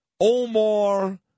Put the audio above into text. Omar